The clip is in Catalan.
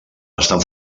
estan